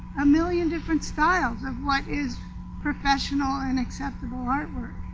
a million different styles of what is professional and acceptable artwork.